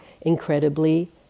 incredibly